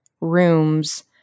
rooms